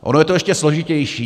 Ono je to ještě složitější.